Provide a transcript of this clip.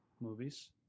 movies